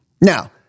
Now